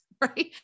right